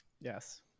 Yes